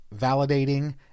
validating